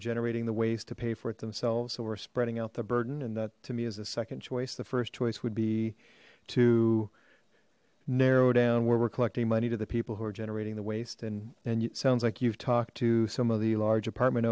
generating the ways to pay for it themselves so we're spreading out the burden and that to me is a second choice the first choice would be to narrow down where we're collecting money to the people who are generating the waste and and it sounds like you've talked to some of the large apartment